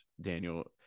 Daniel